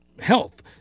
health